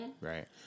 Right